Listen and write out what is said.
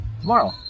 tomorrow